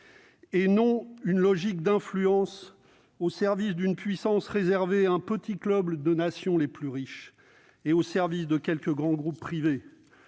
et non une logique d'influence au service d'une puissance réservée à un petit club de nations les plus riches et de quelques grands groupes privés.